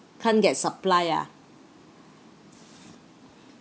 can't get supplier ah